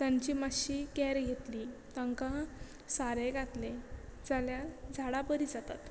तांची मातशी कॅर घेतली तांकां सारें घातले जाल्यार झाडां बरी जातात